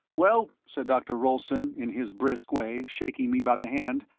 well, said dr. rolleston, in his brisk way, shaking me by the hand,